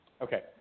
okay